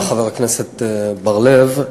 תודה, חבר הכנסת בר-לב.